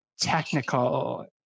technical